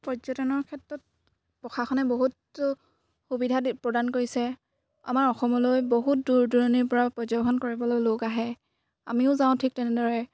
পৰ্যটনৰ ক্ষেত্ৰত প্ৰশাসনে বহুত সুবিধা প্ৰদান কৰিছে আমাৰ অসমলৈ বহুত দূৰ দূৰণিৰ পৰা পৰ্যবেক্ষণ কৰিবলৈ লোক আহে আমিও যাওঁ ঠিক তেনেদৰে